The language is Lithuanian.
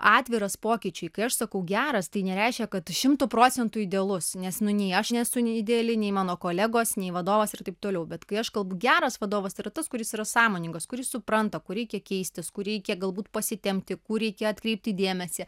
atviras pokyčiui kai aš sakau geras tai nereiškia kad šimtu procentų idealus nes nu nei aš nesu nei ideali nei mano kolegos nei vadovas ir taip toliau bet kai aš kalbu geras vadovas yra tas kuris yra sąmoningas kuris supranta kur reikia keistis kur reikia galbūt pasitempti kur reikia atkreipti dėmesį